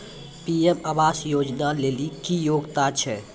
PM आवास योजना लेली की योग्यता छै?